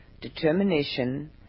determination